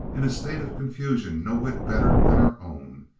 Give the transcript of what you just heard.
in a state of confusion no whit better than our own,